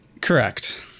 Correct